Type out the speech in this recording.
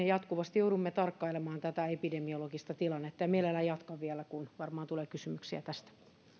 jatkuvasti joudumme tarkkailemaan tätä epidemiologista tilannetta mielelläni jatkan vielä kun varmaan tulee kysymyksiä tästä